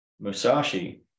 Musashi